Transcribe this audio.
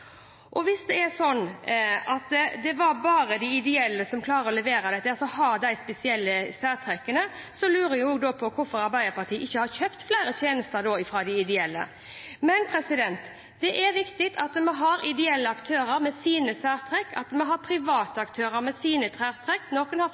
Hvis det er sånn at det bare er de ideelle som klarer å levere, og som har disse spesielle særtrekkene, lurer jeg på hvorfor ikke Arbeiderpartiet har kjøpt flere tjenester fra de ideelle. Det er viktig at vi har ideelle aktører med sine særtrekk, og at vi har